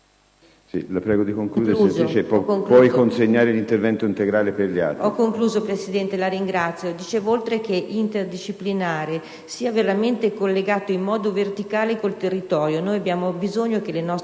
la prego di concludere.